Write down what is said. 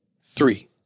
three